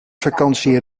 vakantie